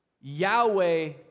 Yahweh